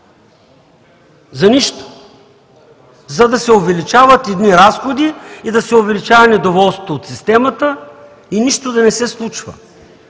За нищо! За да се увеличават едни разходи, да се увеличава недоволството от системата и нищо да не се случва.